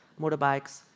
motorbikes